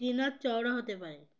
কিনার চওড়া হতে পারে